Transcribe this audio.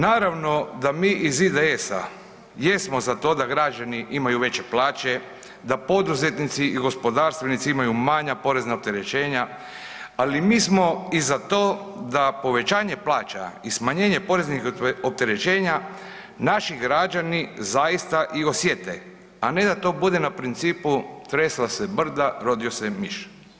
Naravno da mi iz IDS-a jesmo za to da građani imaju veće plaće, da poduzetnici i gospodarstvenici imaju manja porezna opterećenja, ali mi smo i za to da povećanje plaća i smanjenje poreznih opterećenja naši građani zaista i osjete, a ne da to bude na principu „tresla se brda, rodio se miš“